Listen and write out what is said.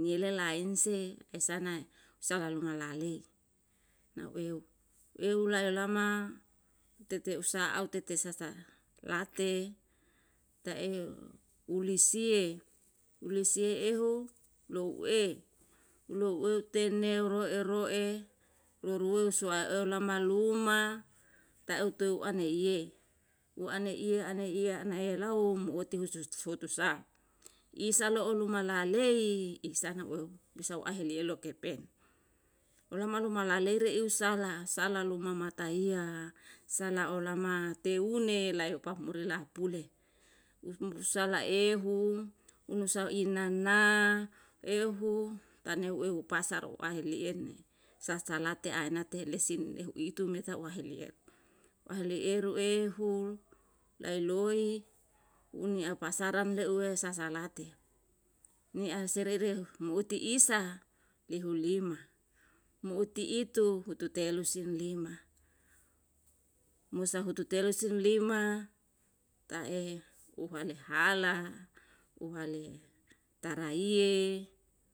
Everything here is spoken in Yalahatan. niyele lain se, esanae usawa luma lalei. Nau eu, eu layolama teteusa au tetesasa late, ta'e ulisiye, ulisiye ehu, lou e, loe ten ne roe roe nuruweo suwaeolama luma, ta'e teu an neiye, u an neiye, an neiye, an neiye lau mu uti husuts hutusa, isa lo'o luma lalei, isa na bisao aheliyo kepen, olama luma lalei rei usalah sala luma mataiya, sala olama teune layo pakmuri lahapule. Um pusa laehu, nusal inana, ehu, taneu ehu pasar o ahiliyem sasalate aenate lesin tehuitu me tau ahilieru, ahilieru ehu, laeloi uni e pasaran leuwe sasarate, ni asere rehu hum uti isa, lihu lima, mu uti telu hutu telu sihulima, mosa hutu telu sihu lima, na e, upale hala, uhale taraiye